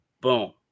Boom